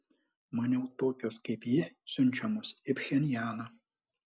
maniau tokios kaip ji siunčiamos į pchenjaną